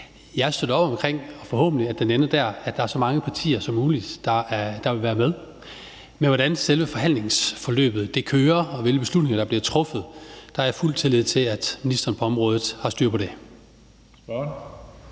Jeg støtter op om, at den forhåbentlig ender der, hvor der er så mange partier som muligt, der vil være med. Men med hensyn til hvordan selve forhandlingsforløbet kører og hvilke beslutninger der bliver truffet, har jeg fuld tillid til, at ministeren på området har styr på det.